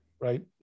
right